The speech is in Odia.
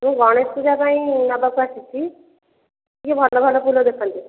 ମୁଁ ଗଣେଶ ପୂଜା ପାଇଁ ନେବାକୁ ଆସିଛି ଟିକେ ଭଲ ଭଲ ଫୁଲ ଦେଖାନ୍ତୁ